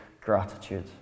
gratitude